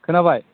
खोनाबाय